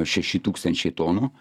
šeši tūkstančiai tonų